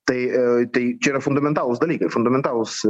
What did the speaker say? tai tai čia yra fundamentalūs dalykai fundamentalūs